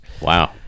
Wow